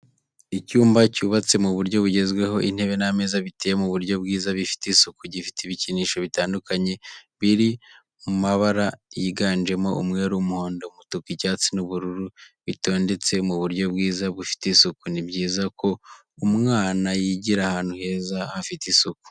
Icyumba cy'ishuri cyubatse mu buryo bugezweho, intebe n'ameza biteye mu buryo bwiza bifite isuku, gifite ibikinisho bitandukanye biri mabara yiganjemo umweru, umuhondo, umutuku. icyatsi n'ubururu bitondetse mu buryo bwiza bufite isuku. Ni byiza ko umwana yigira ahantu heza hafite isuku.